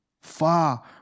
far